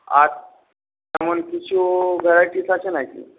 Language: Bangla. আর তেমন কিছু ভ্যারাইটিজ আছে নাকি